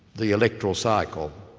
the electoral cycle,